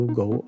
go